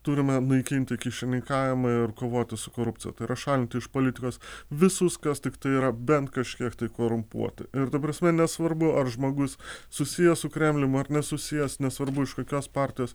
turime naikinti kyšininkavimą ir kovoti su korupcija prašalint politikos visus kas tiktai yra bent kažkiek tai korumpuota ir ta prasme nesvarbu ar žmogus susijęs su kremlium ar nesusijęs nesvarbu iš kokios partijos